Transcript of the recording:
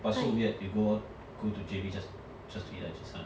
but so weird you go all go to J_B just just to eat ajisen